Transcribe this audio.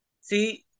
See –